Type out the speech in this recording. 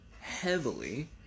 heavily